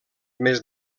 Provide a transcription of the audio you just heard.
més